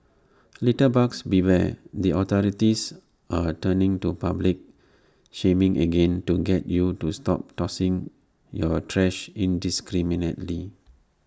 litterbugs beware the authorities are turning to public shaming again to get you to stop tossing your trash indiscriminately